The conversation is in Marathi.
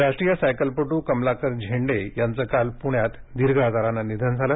निधन राष्ट्रीय सायकलपट् कमलाकर झेंडे यांचं काल पुण्यात दिर्घ आजारानं निधन झालं